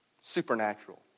Supernatural